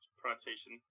pronunciation